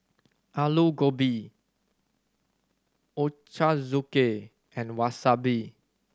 Alu Gobi Ochazuke and Wasabi